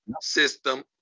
system